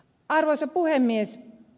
arvoisa puhemies